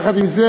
יחד עם זאת,